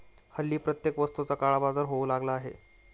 हल्ली प्रत्येक वस्तूचा काळाबाजार होऊ लागला आहे